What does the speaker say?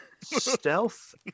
Stealth